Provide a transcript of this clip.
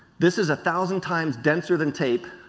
this is a thousand times denser than tape.